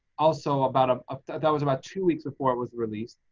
also about ah ah that was about two weeks before it was released,